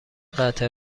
قطع